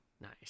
Nice